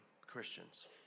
Christians